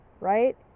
right